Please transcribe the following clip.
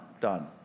done